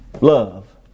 love